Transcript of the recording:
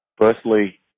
firstly